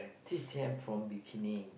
teach them from beginning